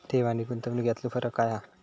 ठेव आनी गुंतवणूक यातलो फरक काय हा?